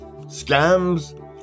scams